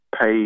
pay